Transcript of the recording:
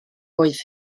oedd